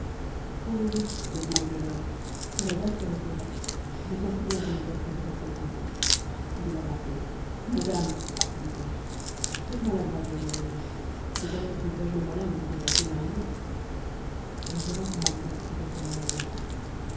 quand je vis me dit le jeune homme que la dame se retirait je sentis bien que mon coeur s'intéressait pour elle je la rappelai madame lui dis-je faites-moi la grâce de revenir peut-être trouverai-je le moyen de vous contenter l'un et l'autre elle revint en me disant que c'était pour l'amour de moi